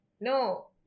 No